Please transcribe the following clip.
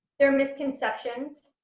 their misconceptions